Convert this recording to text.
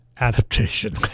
adaptation